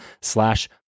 slash